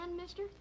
mister